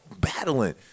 battling